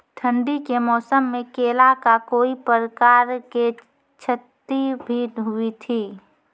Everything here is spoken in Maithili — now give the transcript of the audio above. ठंडी के मौसम मे केला का कोई प्रकार के क्षति भी हुई थी?